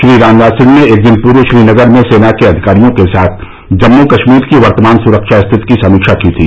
श्री राजनाथ सिंह ने एक दिन पूर्व श्रीनगर में सेना के अधिकारियों के साथ जम्मू कश्मीर की वर्तमान सुरक्षा स्थिति की समीक्षा की थी